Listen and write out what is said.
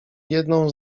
jedną